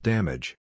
Damage